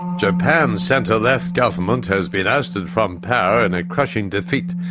japan's centre-left government has been ousted from power in a crushing defeat.